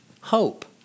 hope